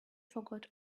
forgot